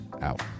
out